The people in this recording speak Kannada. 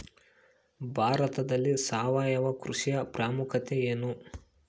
ಭಾರತದಲ್ಲಿ ಸಾವಯವ ಕೃಷಿಯ ಪ್ರಾಮುಖ್ಯತೆ ಎನು?